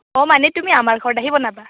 অঁ মানে তুমি আমাৰ ঘৰত আহি বনাবা